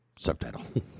subtitle